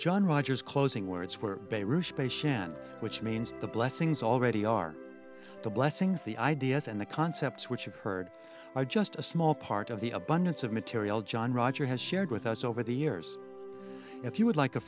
john rogers closing words we're bayrou space in which means the blessings already are the blessings the ideas and the concepts which you've heard are just a small part of the abundance of material john roger has shared with us over the years if you would like a